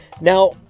Now